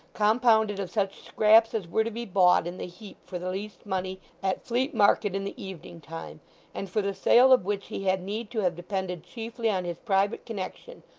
compounded of such scraps as were to be bought in the heap for the least money at fleet market in the evening time and for the sale of which he had need to have depended chiefly on his private connection,